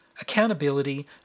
accountability